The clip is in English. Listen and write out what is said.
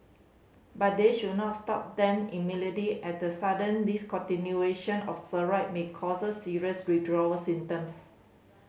but they should not stop them immediately as the sudden discontinuation of steroid may cause serious withdrawal symptoms